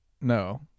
No